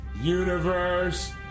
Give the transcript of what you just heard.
universe